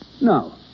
No